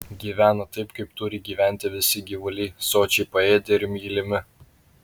gyvena taip kaip turi gyventi visi gyvuliai sočiai paėdę ir mylimi